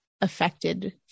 affected